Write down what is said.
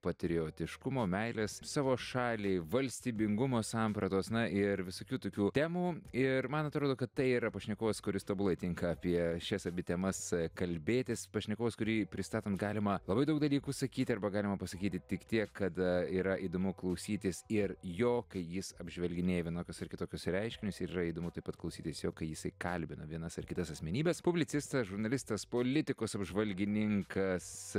patriotiškumo meilės savo šaliai valstybingumo sampratos na ir visokių tokių temų ir man atrodo kad tai yra pašnekovas kuris tobulai tinka apie šias abi temas kalbėtis pašnekovas kurį pristatant galima labai daug dalykų sakyt arba galima pasakyti tik tiek kad yra įdomu klausytis ir jo kai jis apžvelginėja vienokius ar kitokius reiškinius ir yra įdomu taip pat klausytis jo kai jisai kalbina vienas ar kitas asmenybes publicistas žurnalistas politikos apžvalgininkas